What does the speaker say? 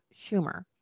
Schumer